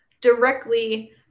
directly